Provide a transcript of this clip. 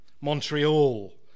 Montreal